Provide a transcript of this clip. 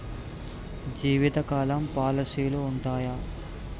జీవితకాలం పాలసీలు ఉంటయా?